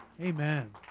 Amen